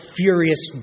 furious